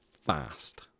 fast